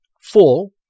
full